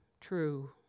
true